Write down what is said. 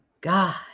God